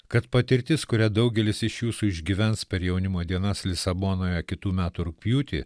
kad patirtis kurią daugelis iš jūsų išgyvens per jaunimo dienas lisabonoje kitų metų rugpjūtį